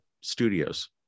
studios